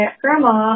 grandma